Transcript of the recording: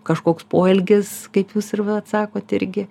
kažkoks poelgis kaip jūs ir vat sakot irgi